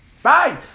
Bye